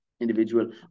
individual